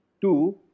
Two